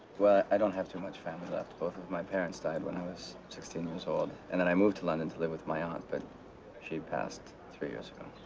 well, i don't have too much family left. both of my parents died when i was sixteen years old, and then i moved to london to live with my aunt, but she passed three years ago.